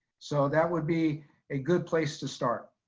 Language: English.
so that would be a good place to start.